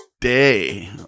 day